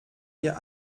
ihr